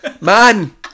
man